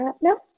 No